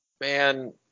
Man